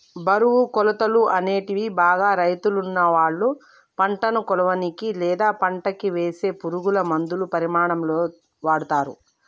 బరువు, కొలతలు, అనేటివి బాగా రైతులువాళ్ళ పంటను కొలవనీకి, లేదా పంటకివేసే పురుగులమందుల పరిమాణాలలో వాడతరు